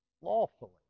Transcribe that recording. lawfully